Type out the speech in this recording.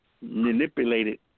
manipulated